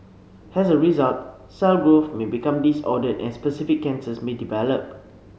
as a result cell growth may become disordered and specific cancers may develop